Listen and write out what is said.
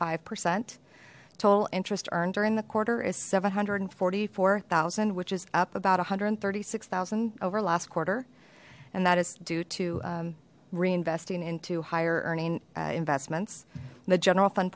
five percent total interest earned during the quarter is seven hundred and forty four thousand which is up about a hundred and thirty six thousand over last quarter and that is due to reinvesting into higher earning investments the general fund